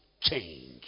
change